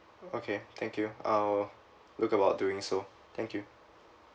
okay thank you I'll look about doing so thank you